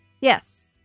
Yes